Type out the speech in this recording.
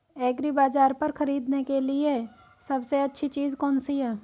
एग्रीबाज़ार पर खरीदने के लिए सबसे अच्छी चीज़ कौनसी है?